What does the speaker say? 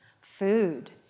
Food